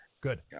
Good